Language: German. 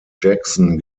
jackson